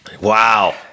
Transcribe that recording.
Wow